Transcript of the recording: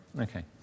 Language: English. okay